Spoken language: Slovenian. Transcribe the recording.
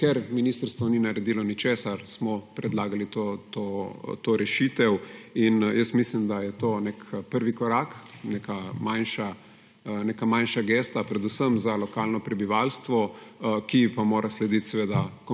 ker ministrstvo ni naredilo ničesar, smo predlagali to rešitev. Mislim, da je to nek prvi korak, neka manjša gesta predvsem za lokalno prebivalstvo, ki ji pa mora slediti